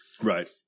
right